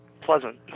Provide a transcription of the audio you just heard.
pleasant